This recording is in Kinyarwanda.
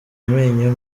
amenyo